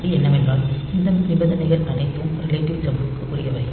அது என்னவென்றால் இந்த நிபந்தனைகள் அனைத்தும் ரிலேட்டிவ் ஜம்ப் க்கு உரியவை